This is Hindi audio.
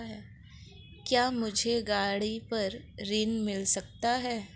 क्या मुझे गाड़ी पर ऋण मिल सकता है?